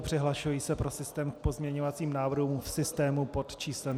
Přihlašuji se pro systém k pozměňovacím návrhům v systému pod číslem 3901.